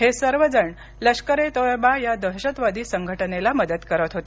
हे सर्वजण लष्करे तोयबा या दहशतवादी संघटनेला मदत करत होते